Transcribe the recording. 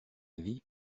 vit